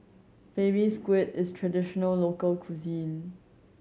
Baby Squid is a traditional local cuisine